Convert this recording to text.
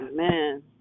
Amen